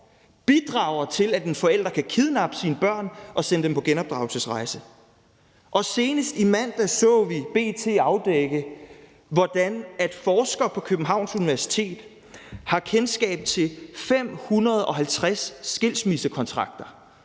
bidrager til, at en forælder kan kidnappe sine børn og sende dem på genopdragelsesrejse. Og senest i mandags så vi B.T. afdække, hvordan forskere på Københavns Universitet har kendskab til 550 skilsmissekontrakter,